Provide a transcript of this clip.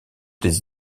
des